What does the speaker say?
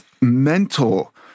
mental